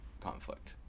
conflict